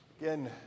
Again